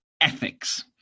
ethics